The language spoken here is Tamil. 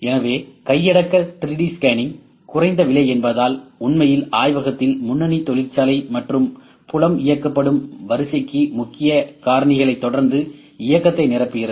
எனவே கையடக்க 3டி ஸ்கேனிங் குறைந்த விலை என்பதால் உண்மையில் ஆய்வகத்திலிருந்து முன்னணி தொழிற்சாலை மற்றும் புலம் இயக்கப்படும் வரிசைக்கு முக்கிய காரணிகளைத் தொடர்ந்து இயக்கத்தை நிரப்புகிறது